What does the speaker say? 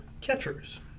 catchers